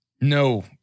No